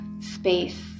Space